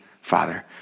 Father